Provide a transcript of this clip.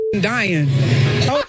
dying